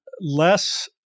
less